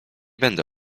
będę